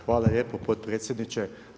Hvala lijepo, potpredsjedniče.